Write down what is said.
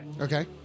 Okay